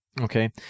Okay